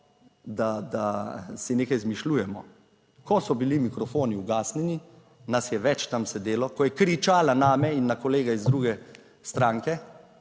da si nekaj izmišljujemo: ko so bili mikrofoni ugasnjeni, nas je več tam sedelo, ko je kričala name in na kolega iz druge stranke